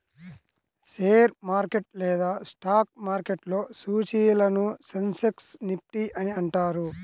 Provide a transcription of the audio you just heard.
share market లేదా stock మార్కెట్లో సూచీలను సెన్సెక్స్, నిఫ్టీ అని అంటారు